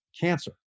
cancer